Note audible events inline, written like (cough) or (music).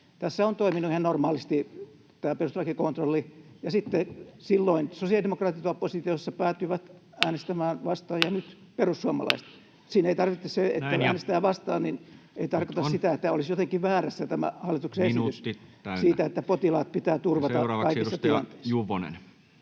Tässä on toiminut ihan normaalisti tämä perustuslakikontrolli. Silloin sosiaalidemokraatit oppositiossa päätyivät äänestämään vastaan ja nyt perussuomalaiset. (noise) Siinä se, että äänestää vastaan, ei tarkoita sitä, että olisi jotenkin väärässä tämä hallituksen esitys siitä, [Puhemies: Minuutti täynnä!] että potilaat